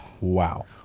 Wow